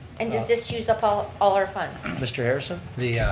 and does this use up all all our funds? mr. harrison?